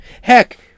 Heck